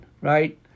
Right